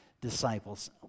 disciples